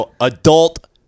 adult